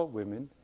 women